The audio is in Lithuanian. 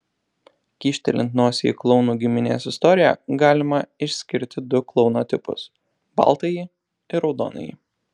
kyštelint nosį į klounų giminės istoriją galima išskirti du klouno tipus baltąjį ir raudonąjį